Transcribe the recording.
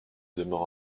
demeure